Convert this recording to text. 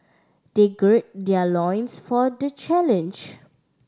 they girl their loins for the challenge